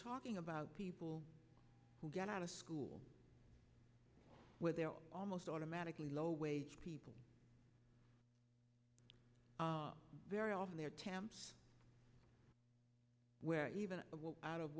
talking about people who get out of school where there are almost automatically low wage people very often they're tampa where even out of